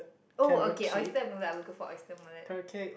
oh okay oyster-omelette I will go for oyster-omelette